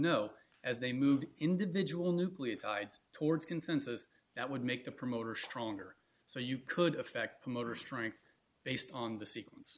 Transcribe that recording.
know as they move individual nucleotides towards consensus that would make the promoter stronger so you could affect the motor strength based on the seque